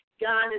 God